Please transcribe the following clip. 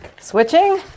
Switching